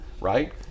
right